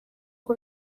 uko